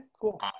cool